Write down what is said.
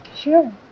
Sure